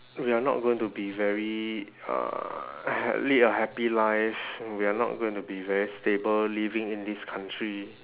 we are not going to be very uh ha~ lead a happy life we are not going to be very stable living in this country